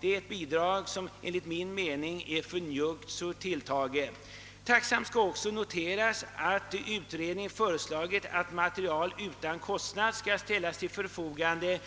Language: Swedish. Detta senare bidrag är enligt min mening för njuggt tilltaget. Tacksamt noterar jag att utredningen föreslagit att materiel för korrespondensundervisning utan kostnad skall ställas till förfogande,